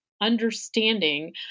understanding